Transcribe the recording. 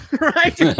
right